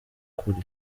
kuri